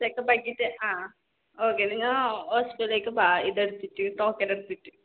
ചെക്കപ്പാക്കീട്ട് ആ ഓക്കേ നിങ്ങൾ ഹോസ്പിറ്റലിലേക്ക് ബാ ഇത് എടുത്തിട്ട് ടോക്കൺ എടുത്തിട്ട്